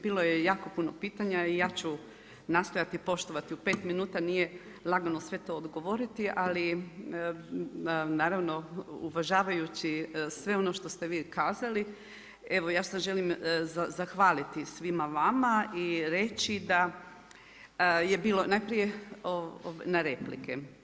Bilo je jako puno pitanja i ja ću nastojati poštovati, u pet minuta nije lagano sve to odgovoriti, ali naravno uvažavajući sve ono što ste vi kazali evo ja sada želim zahvaliti svima vama i reći da je bilo najprije na replike.